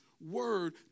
word